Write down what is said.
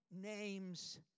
name's